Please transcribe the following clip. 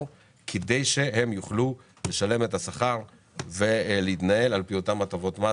כדי שיוכלו לשלם את השכר ולהתנהל על פי אותן הטבות מס